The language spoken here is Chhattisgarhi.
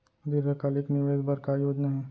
दीर्घकालिक निवेश बर का योजना हे?